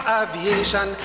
aviation